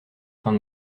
fins